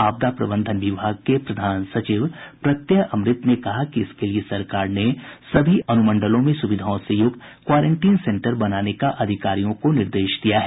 आपदा प्रबंधन विभाग के प्रधान सचिव प्रत्यय अमृत ने बताया कि इसके लिए सरकार ने सभी अनुमंडलों में सुविधाओं से युक्त क्वारेंटीन सेंटर बनाने का अधिकारियों को निर्देश दिया है